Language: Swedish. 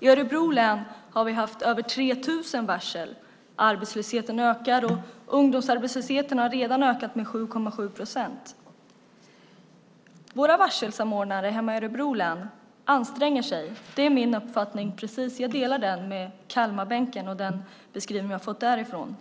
I Örebro län har vi haft över 3 000 varsel. Arbetslösheten ökar, och ungdomsarbetslösheten har redan ökat med 7,7 procent. Våra varselsamordnare hemma i Örebro län anstränger sig. Det är min uppfattning, som överensstämmer med Kalmarbänkens beskrivning gällande det egna länet.